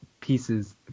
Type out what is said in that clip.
pieces